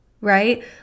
right